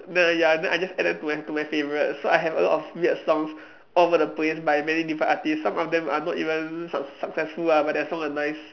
then ya then I just add them to my to my favourites so I have a lot of weird songs all over the place by many different artistes some of them are not even suc~ successful lah but their songs are nice